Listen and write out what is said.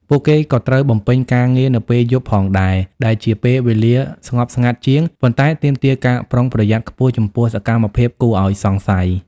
ពួកគេក៏ត្រូវបំពេញការងារនៅពេលយប់ផងដែរ ដែលជាពេលវេលាស្ងប់ស្ងាត់ជាង ប៉ុន្តែទាមទារការប្រុងប្រយ័ត្នខ្ពស់ចំពោះសកម្មភាពគួរឲ្យសង្ស័យ។